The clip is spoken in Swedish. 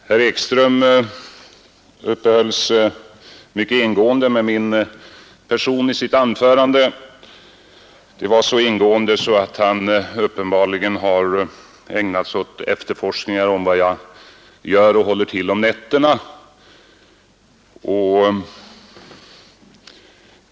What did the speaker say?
Herr talman! Herr Ekström uppehöll sig mycket ingående vid min person i sitt anförande. Det var så ingående, att han uppenbarligen ägnat sig åt efterforskningar om vad jag gör och var jag håller till om nätterna.